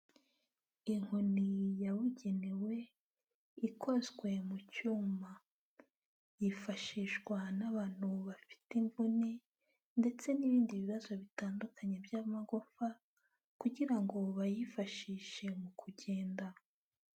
Inkoni yabugenewe ikozwe mu cyuma, yifashishwa n'abantu bafite imvune ndetse n'ibindi bibazo bitandukanye by'amagufa kugira ngo bayifashishe mu kugenda.